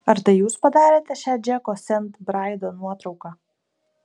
ar tai jūs padarėte šią džeko sent braido nuotrauką